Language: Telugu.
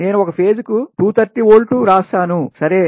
నేను ఒక పేజ్ కు 230 వోల్ట్ వ్రాసాను సరే